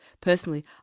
personally